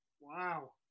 Wow